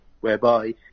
whereby